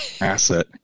asset